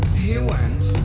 he went.